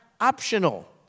optional